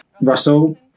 Russell